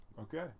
Okay